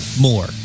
More